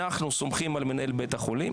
אנחנו סומכים על מנהל בית החולים,